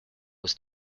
was